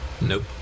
Nope